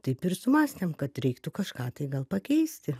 taip ir sumąstėm kad reiktų kažką tai gal pakeisti